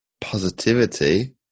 positivity